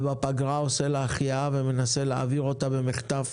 ובפגרה עושה לה החייאה ומנסה להעביר אותה במחטף